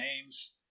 names